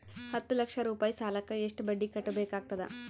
ಹತ್ತ ಲಕ್ಷ ರೂಪಾಯಿ ಸಾಲಕ್ಕ ಎಷ್ಟ ಬಡ್ಡಿ ಕಟ್ಟಬೇಕಾಗತದ?